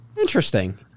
Interesting